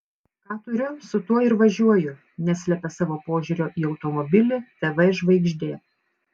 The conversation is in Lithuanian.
ką turiu su tuo ir važiuoju neslepia savo požiūrio į automobilį tv žvaigždė